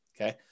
okay